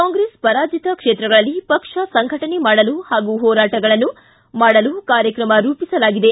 ಕಾಂಗ್ರೆಸ್ ಪರಾಜಿತ ಕ್ಷೇತ್ರಗಳಲ್ಲಿ ಪಕ್ಷ ಸಂಘಟನೆ ಮಾಡಲು ಹಾಗೂ ಹೋರಾಟಗಳನ್ನು ಮಾಡಲು ಕಾರ್ಯಕ್ರಮ ರೂಪಿಸಲಾಗಿದೆ